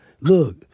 look